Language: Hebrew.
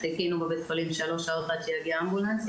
חיכינו בבית החולים שלוש שעות, עד שיגיע האמבולנס.